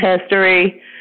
history